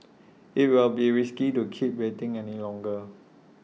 IT will be risky to keep waiting any longer